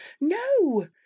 no